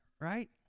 Right